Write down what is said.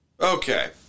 Okay